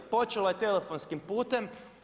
Počelo je telefonskim putem.